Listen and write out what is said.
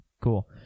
Cool